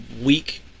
week